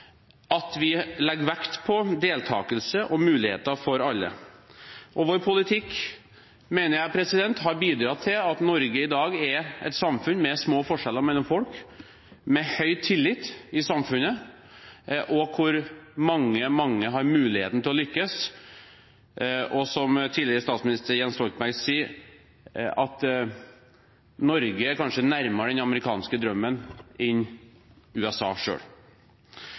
at vi legger vekt på deltakelse og muligheter for alle. Vår politikk, mener jeg, har bidratt til at Norge i dag er et samfunn med små forskjeller mellom folk, med høy tillit i samfunnet, og hvor mange, mange har muligheten til å lykkes. Som tidligere statsminister Jens Stoltenberg sier, er Norge kanskje nærmere den amerikanske drømmen enn USA